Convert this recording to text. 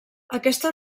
aquesta